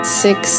six